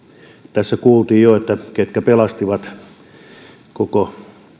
tässä kuultiin jo ketkä pelastivat koko